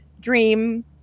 dream